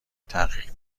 تحقیق